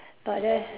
but then